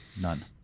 None